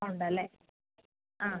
ഉണ്ട് അല്ലേ ആ